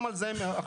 גם על זה הם מערערים.